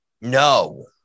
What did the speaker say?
No